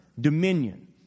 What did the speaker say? dominion